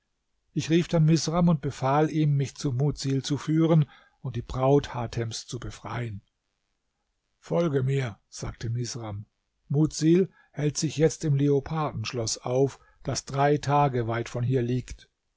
ich rief dann misram und befahl ihm mich zu mudsil zu führen und die braut hatems zu befreien folge mir sagte misram mudsil hält sich jetzt im leopardenschloß auf das drei tage weit von hier liegt